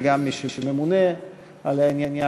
וגם מי שממונה על העניין,